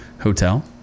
hotel